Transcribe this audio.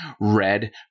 Red